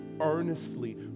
earnestly